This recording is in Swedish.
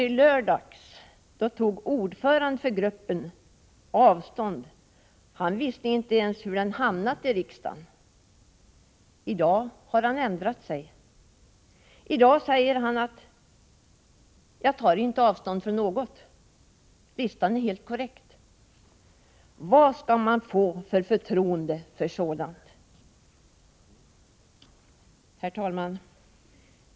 I lördags tog ordföranden för gruppen avstånd från aktionen. Han visste inte ens hur listan hade hamnat i riksdagen. I dag har han ändrat sig. Nu säger han: Jag tar inte avstånd från något. Listan är helt korrekt. Vilket förtroende kan man ha för sådant? Herr talman!